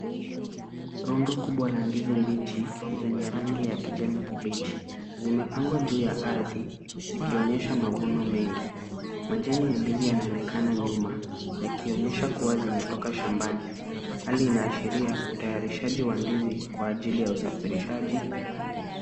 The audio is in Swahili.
Rundo kubwa la ndizi mbichi, zenye rangi ya kijani kibichi, zimepangwa juu ya ardhi zikionyesha mavuno mengi. Majani ya ndizi yanaonekana nyuma yakionyesha kuwa zimetoka shambani. Hali inaonyesha utayarishaji wa ndizi kwa ajili ya usafirishaji.